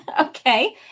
Okay